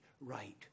right